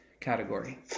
category